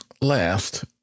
Last